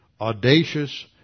audacious